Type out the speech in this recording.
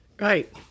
right